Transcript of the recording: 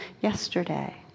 yesterday